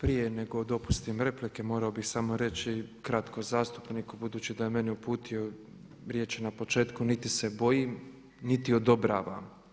Prije nego dopustim replike, morao bih samo reći kratko zastupniku budući da je meni uputio riječ na početku, niti se bojim niti odobravam.